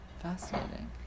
fascinating